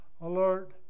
alert